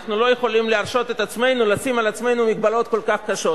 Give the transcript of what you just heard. אנחנו לא יכולים להרשות לעצמנו לשים על עצמנו מגבלות כל כך קשות.